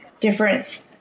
different